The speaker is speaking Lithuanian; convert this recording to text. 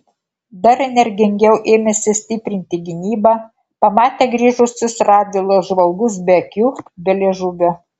dar energingiau ėmėsi stiprinti gynybą pamatę grįžusius radvilos žvalgus be akių be liežuvio